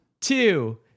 two